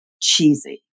cheesy